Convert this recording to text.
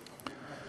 מס' 7) (הקצאת מקום חניה לנכה סמוך למקום מגוריו).